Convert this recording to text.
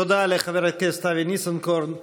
תודה לחבר הכנסת ניסנקורן.